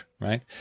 right